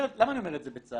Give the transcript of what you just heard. למה אני אומר את זה בצער?